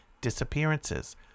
disappearances